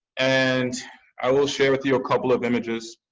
and i will share with you a couple of images.